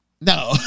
No